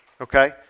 okay